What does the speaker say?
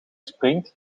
springt